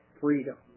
freedom